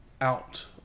Out